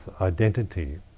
identity